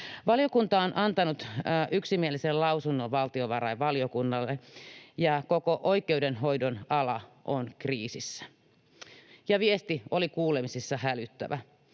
Valiokunta on antanut yksimielisen lausunnon valtiovarainvaliokunnalle. Koko oikeudenhoidon ala on kriisissä. Viesti oli kuulemisissa hälyttävä: